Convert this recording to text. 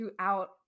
throughout